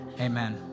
amen